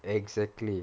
exactly